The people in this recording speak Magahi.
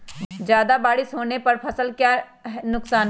ज्यादा बारिस होने पर फसल का क्या नुकसान है?